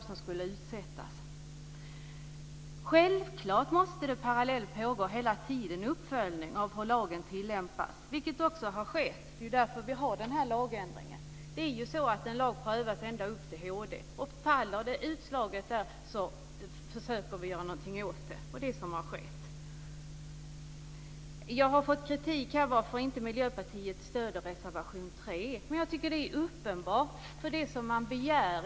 Självfallet måste det hela tiden parallellt pågå en uppföljning av hur lagen tillämpas. Det har också skett. Det är därför som vi gör den här lagändringen. En lag prövas ju ända upp till HD, och faller ett sådant här utslag där försöker vi göra någonting åt det. Det är det som har skett. Jag har fått kritik för att Miljöpartiet inte stöder reservation 2. Jag tycker att det är uppenbart.